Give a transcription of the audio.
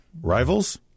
Rivals